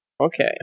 Okay